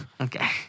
Okay